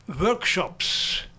workshops